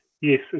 yes